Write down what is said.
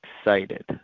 excited